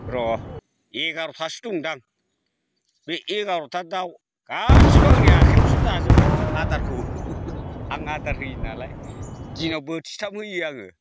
र' एगार'थासो दं दां एगार'था दाउ गासिबो आंनि आखायावसो जाजोबो आदारखौ आं आदार होयो नालाय दिनाव बोथिथाम होयो आङो